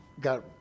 got